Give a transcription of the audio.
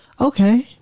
Okay